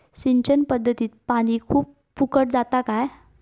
सिंचन पध्दतीत पानी खूप फुकट जाता काय?